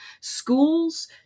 schools